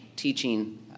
Teaching